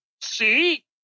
See